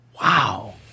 wow